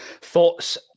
thoughts